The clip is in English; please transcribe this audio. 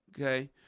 okay